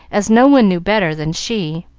as no one knew better than she.